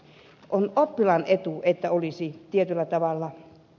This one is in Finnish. on oppilaan etu että olisi tasokurssit